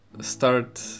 start